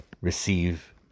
receive